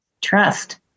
Trust